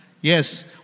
Yes